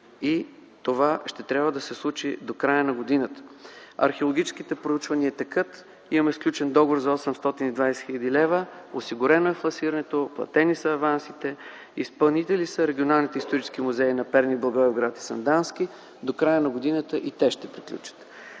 и това ще трябва да се случи до края на годината. Археологическите проучвания текат. Имаме сключен договор за 820 хил. лв., осигурено е финансирането, платени са авансите, изпълнители са регионалните исторически музеи на Перник, Благоевград и Сандански. До края на годината те ще приключат.